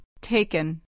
Taken